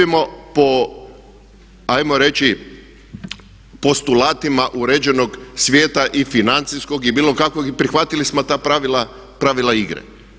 Živimo po, ajmo reći postulatima uređenog svijeta i financijskog i bilo kakvog i prihvatili smo ta pravila igre.